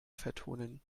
vertonen